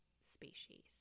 species